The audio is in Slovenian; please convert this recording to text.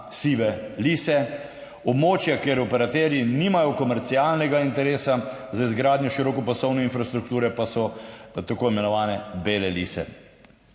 sive lise. Območja, kjer operaterji nimajo komercialnega interesa za izgradnjo širokopasovne infrastrukture, pa so tako imenovane bele lise.